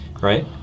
right